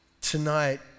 Tonight